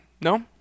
No